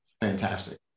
fantastic